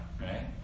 Right